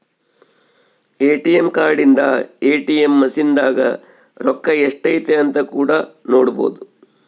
ATM card ಇಂದ ATM machine ದಾಗ ರೊಕ್ಕ ಎಷ್ಟೈತೆ ಅಂತ ಕೂಡ ನೊಡ್ಬೊದು